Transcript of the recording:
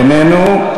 איננו.